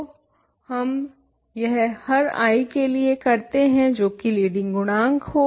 तो हम यह हर i के लिए करते हैं जो की लीडिंग गुणांक हो